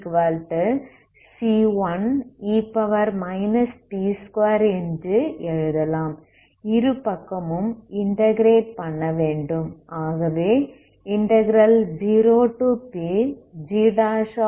இருபக்கமும் இன்டகிரேட் பண்ணவேண்டும்